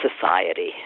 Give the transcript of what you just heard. society